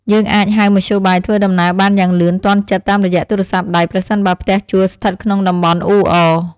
យើងអាចហៅមធ្យោបាយធ្វើដំណើរបានយ៉ាងលឿនទាន់ចិត្តតាមរយៈទូរស័ព្ទដៃប្រសិនបើផ្ទះជួលស្ថិតក្នុងតំបន់អ៊ូអរ។